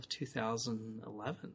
2011